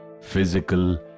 physical